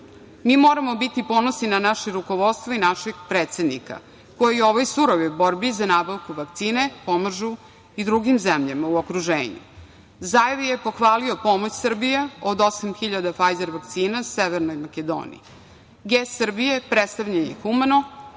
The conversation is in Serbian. moramo biti ponosni na naše rukovodstvo i našeg predsednika koji u ovoj surovoj borbi za nabavku vakcine pomažu i drugim zemljama u okruženju. Zaev je pohvalio pomoć Srbije od osam hiljada Fajzer vakcina Severnoj Makedoniji. Gest Srbije predstavljen je humano,